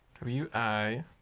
W-I